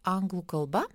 anglų kalba